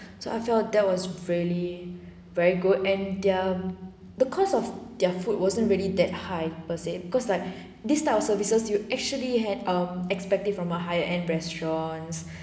so I felt that was really very good and their the cost of their food wasn't really that high per se because like this type of services you actually had um expect it from a higher end restaurants